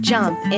Jump